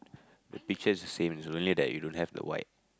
the pictures is same is only that you don't have the white